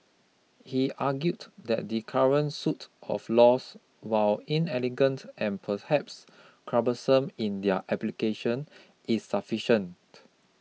he argued that the current suite of laws while inelegant and perhaps cumbersome in their application is sufficient